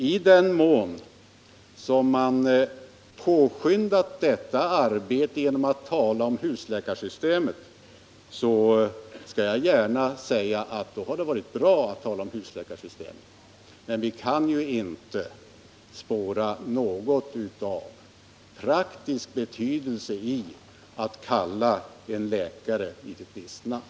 I den mån som man påskyndat det arbete det nu gäller genom att tala om husläkarsystemet vill jag medge att det varit bra att göra det. Men vi kan inte spåra något av praktisk betydelse i att kalla en läkare vid ett visst namn.